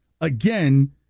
Again